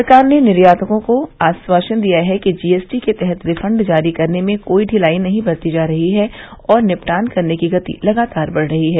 सरकार ने निर्यातकों को आश्वासन दिया है कि जीएसटी के तहत रिफंड जारी करने में कोई ढिलाई नहीं बरती जा रही है और निपटान करने की गति लगातार बढ़ रही है